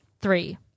three